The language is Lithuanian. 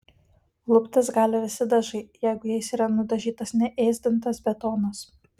luptis gali visi dažai jeigu jais yra nudažytas neėsdintas betonas